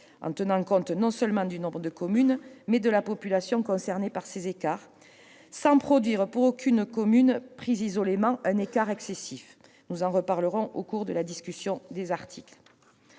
en tenant compte non seulement du nombre de communes, mais aussi de la population concernée par ces écarts, sans produire pour aucune commune prise isolément un écart excessif. Nous en reparlerons au cours de la discussion des articles.